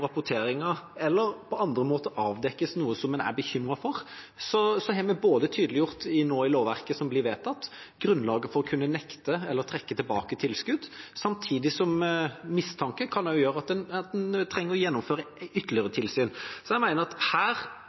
rapporteringer eller på andre måter avdekkes noe som man er bekymret for, har vi nå tydeliggjort i lovverket som blir vedtatt, grunnlaget for å kunne nekte eller trekke tilbake tilskudd. Samtidig kan mistanke gjøre at man trenger å gjennomføre ytterligere tilsyn. Så jeg mener at her